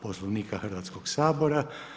Poslovnika Hrvatskog sabora.